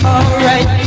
Alright